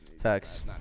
Facts